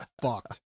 fucked